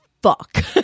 fuck